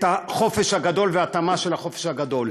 את החופש הגדול וההתאמה של החופש הגדול.